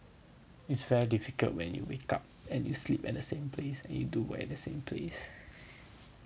it's very difficult when you wake up and you sleep at the same place and you do work at the same place